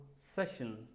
session